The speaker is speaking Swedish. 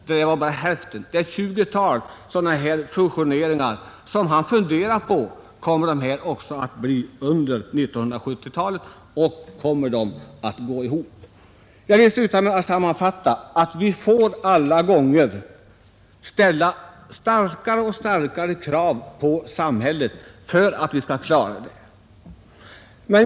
Han har funderat över ett 20-tal sådana här fusioneringar: Kommer dessa företag att gå ihop under 1970-talet? Sammanfattningsvis vill jag säga att vi måste ställa starkare och starkare krav på samhället för att vi skall klara den utveckling som vi kan vänta oss.